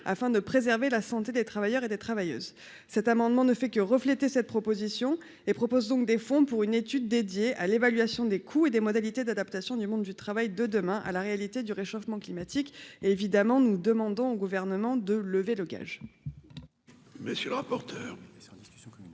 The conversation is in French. afin de préserver la santé des travailleurs et des travailleuses, cet amendement ne fait que refléter cette proposition et propose donc des fonds pour une étude dédiée à l'évaluation des coûts et des modalités d'adaptation du monde du travail de demain à la réalité du réchauffement climatique et évidemment, nous demandons au gouvernement de lever le gage.